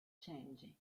change